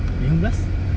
lima belas